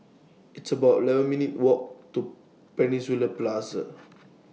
It's about eleven minutes' Walk to Peninsula Plaza